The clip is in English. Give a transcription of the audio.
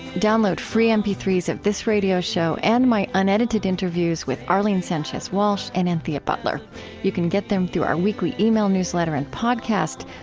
download free m p three s of this radio show and my unedited interviews with arlene sanchez-walsh and anthea butler you can get them through our weekly e-mail newsletter and podcast.